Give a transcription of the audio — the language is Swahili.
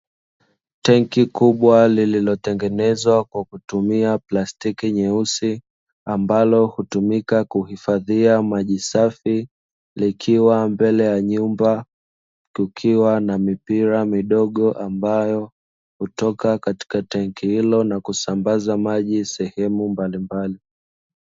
Tenki kubwa lililotengenezwa kwa kutumia plastiki nyeusi ambalo hutumika kuhifadhia maji safi, likiwa mbele ya nyumba; kukiwa na mipira midogo ambayo hutoka katika tenki hiyo na kusambaza maji sehemu mbalimbali.